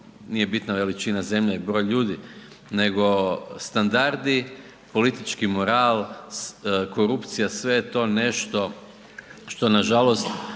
nije bitna veličina zemlje i broj ljudi, nego standardi, politički moral, korupcija, sve je to nešto što nažalost